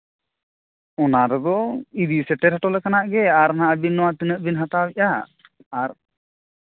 ᱚᱱᱟ ᱫᱚᱵᱚᱱ ᱤᱫᱤ ᱥᱮᱴᱮᱨ ᱦᱚᱴᱚ ᱞᱮᱠᱷᱟᱱᱟᱜ ᱜᱮ ᱟᱨ ᱦᱟᱸᱜ ᱵᱤᱱ ᱱᱚᱣᱟ ᱛᱤᱱᱟᱹᱜ ᱵᱤᱱ ᱦᱟᱛᱟᱣ ᱮᱜᱼᱟ ᱟᱨ